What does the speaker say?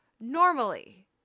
Normally